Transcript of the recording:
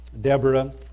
Deborah